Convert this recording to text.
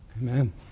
Amen